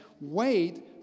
wait